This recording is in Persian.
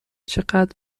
چقدر